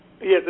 Yes